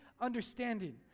understanding